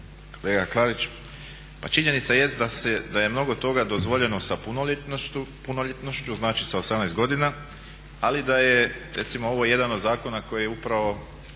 Kolega Klarić, pa činjenica jest da je mnogo toga dozvoljeno sa punoljetnošću, znači sa 18 godina, ali da je recimo ovo jedan od zakona koji je upravo